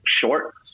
short